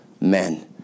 men